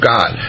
God